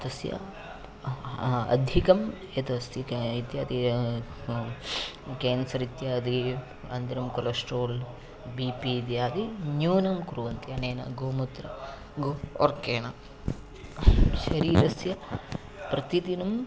तस्य अधिकं यदस्ति इत्यादि केन्सर् इत्यादि अनन्दरं कोलेस्ट्रोल् बीपी इत्यादि न्यूनं कुर्वन्ति अनेन गोमूत्र गो अर्केन शरीरस्य प्रतिदिनं